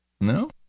No